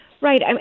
Right